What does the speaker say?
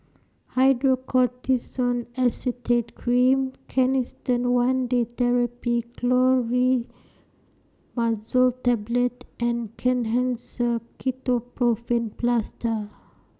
Hydrocortisone Acetate Cream Canesten one Day Therapy Clotrimazole Tablet and Kenhancer Ketoprofen Plaster